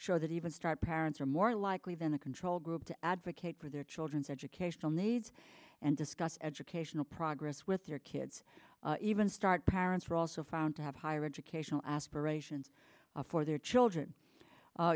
show that even start parents are more likely than a control group to advocate for their children's educational needs and discuss educational progress with their kids even start parents are also found to have higher educational aspirations for their children